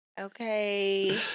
Okay